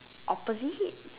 opposite